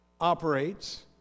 operates